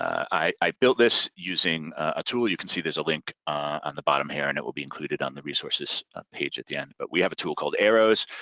i i built this using a tool, you can see there's a link on the bottom here and it will be included on the resources page at the end. but we have a tool called arrows